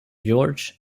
george